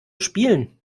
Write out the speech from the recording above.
spielen